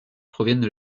proviennent